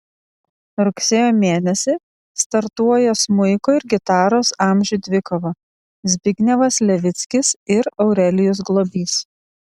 rugsėjo mėnesį startuoja smuiko ir gitaros amžių dvikova zbignevas levickis ir aurelijus globys